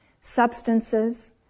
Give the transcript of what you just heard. substances